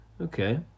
Okay